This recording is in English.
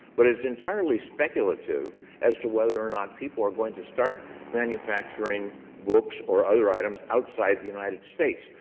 but it's entirely speculative as to whether or not people are going to start manufacturing books or other items outside the united states.